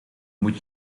moet